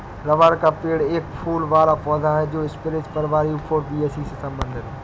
rubber का पेड़ एक फूल वाला पौधा है जो स्परेज परिवार यूफोरबियासी से संबंधित है